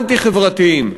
אנטי-חברתיים.